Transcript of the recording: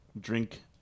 Drink